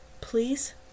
Please